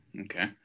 okay